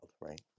Right